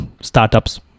startups